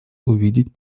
увидеть